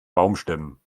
baumstämmen